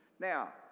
now